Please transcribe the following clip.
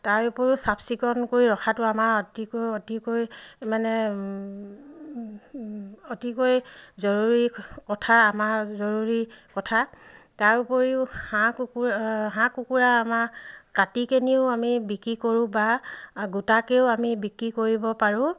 তাৰ উপৰিও চাফ চিকুণ কৰি ৰখাটো আমাৰ অতিকৈ অতিকৈ মানে অতিকৈ জৰুৰী কথা আমাৰ জৰুৰী কথা তাৰ উপৰিও হাঁহ কুকুৰা হাঁহ কুকুৰা আমাৰ কাটি কেনিও আমি বিক্ৰী কৰোঁ বা গোটাকৈও আমি বিক্ৰী কৰিব পাৰোঁ